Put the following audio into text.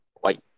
White